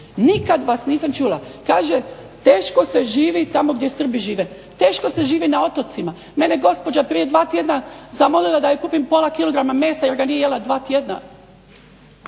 Nikad vas nisam čula! Kaže teško se živi tamo gdje Srbi žive. Teško se živi na otocima. Mene je gospođa prije dva tjedna zamolila da joj kupim pola kg mesa jer ga nije jela dva tjedna.